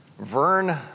Vern